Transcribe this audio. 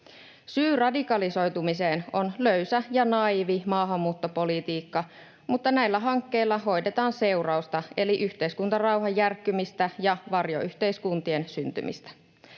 Syy radikalisoitumiseen on löysä ja naiivi maahanmuuttopolitiikka, mutta näillä hankkeilla hoidetaan seurausta eli yhteiskuntarauhan järkkymistä ja varjoyhteiskuntien syntymistä.